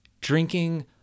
drinking